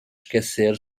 esquecer